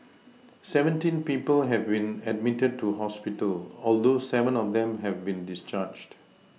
seventeen people have been admitted to hospital although seven of them have been discharged